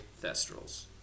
Thestrals